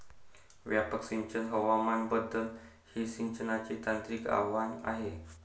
व्यापक सिंचन हवामान बदल हे सिंचनाचे तांत्रिक आव्हान आहे